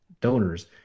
donors